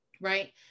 right